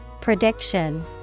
Prediction